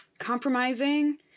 compromising